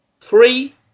three